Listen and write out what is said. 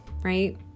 right